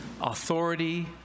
authority